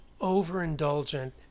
overindulgent